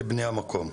לבני המקום.